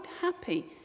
happy